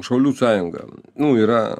šaulių sąjunga yra